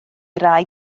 rai